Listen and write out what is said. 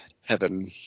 heaven